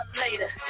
later